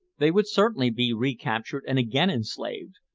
they would certainly be recaptured and again enslaved.